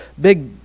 big